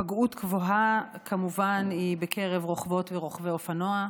היפגעות גבוהה כמובן היא בקרב רוכבות ורוכבי אופנוע,